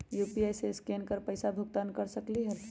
UPI से scan कर पईसा भुगतान कर सकलीहल?